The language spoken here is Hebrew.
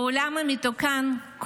בעולם מתוקן,